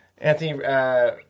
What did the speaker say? Anthony